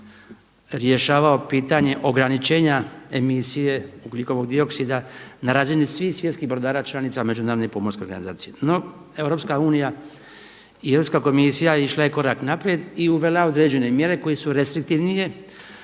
rješavao pitanje ograničenja emisije ugljikovog dioksida na razini svih svjetskih brodara članica Međunarodne pomorske organizacije. No, Europska unija i Europska komisija išla je korak naprijed i uvela određene mjere koje su restriktivnije